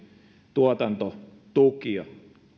tuotantotukia